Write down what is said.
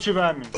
בעוד שבעה ימים.